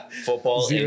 football